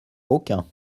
aucun